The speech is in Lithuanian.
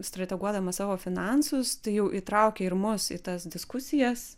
strateguodamas savo finansus tai jau įtraukė ir mus į tas diskusijas